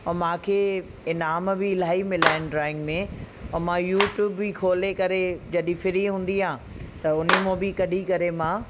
ऐं मूंखे इनाम बि इलाही मिलिया आहिनि ड्रॉइंग में और मां यूट्यूब बि खोले करे जॾहिं फ़्री हूंदी आहे त उन मूं बि कढी करे मां